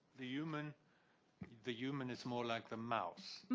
the human the human is more like the mouse